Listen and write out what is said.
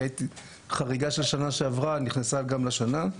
חריגה של השנה שעברה נכנסה גם לשנה הזאת.